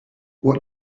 what